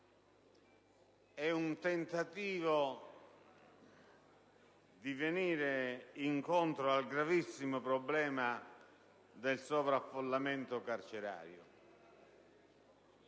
È un tentativo di venire incontro al gravissimo problema del sovraffollamento carcerario